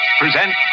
present